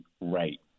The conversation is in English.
right